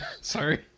Sorry